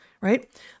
right